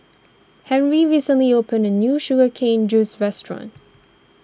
Harley recently opened a new Sugar Cane Juice restaurant